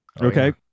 Okay